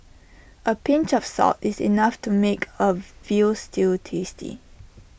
A pinch of salt is enough to make A Veal Stew tasty